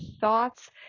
thoughts